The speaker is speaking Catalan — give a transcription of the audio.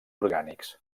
orgànics